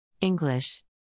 English